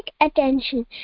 attention